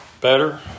better